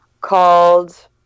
called